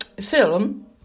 film